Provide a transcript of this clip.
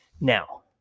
Now